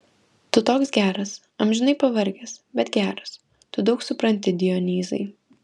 tu toks geras amžinai pavargęs bet geras tu daug supranti dionyzai